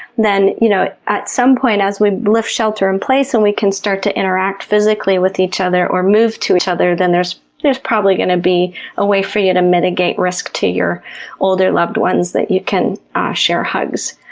then, you know at some point as we lift shelter-in-place and we can start to interact physically with each other or move to each other, then there's there's probably going to be a way for you to mitigate risk to your older loved ones that you can share hugs.